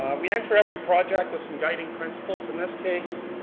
we enter every project with some guiding principles. in this case,